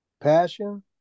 passion